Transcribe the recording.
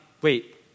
wait